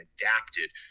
adapted